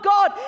God